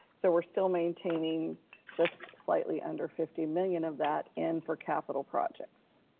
so we're still maintaining just slightly under fifty million of that in for capital projects,